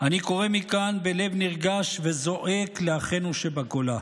אני קורא מכאן בלב נרגש וזועק לאחינו שבגולה: